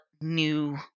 new